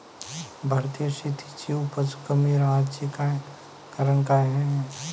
भारतीय शेतीची उपज कमी राहाची कारन का हाय?